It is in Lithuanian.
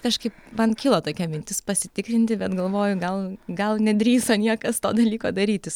kažkaip man kilo tokia mintis pasitikrinti bet galvoju gal gal nedrįso niekas to dalyko dalytis